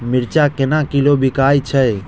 मिर्चा केना किलो बिकइ छैय?